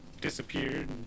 disappeared